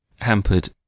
hampered